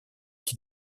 qui